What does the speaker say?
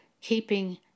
keeping